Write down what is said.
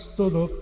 todo